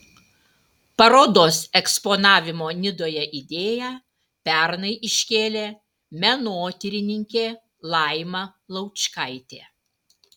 parodos eksponavimo nidoje idėją pernai iškėlė menotyrininkė laima laučkaitė